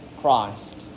Christ